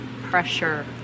pressure